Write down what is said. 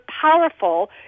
powerful